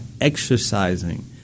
exercising